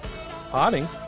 potting